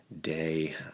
day